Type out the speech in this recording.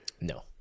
No